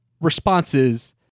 responses